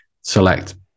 select